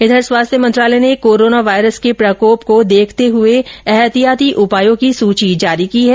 इधर स्वास्थ्य मंत्रालय ने कोरोना वायरस के प्रकोप को देखते हुए एहतियाती उपायो की सूची जारी है